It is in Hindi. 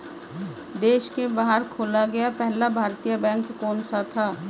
देश के बाहर खोला गया पहला भारतीय बैंक कौन सा था?